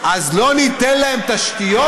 לא ניתן להם תשתיות?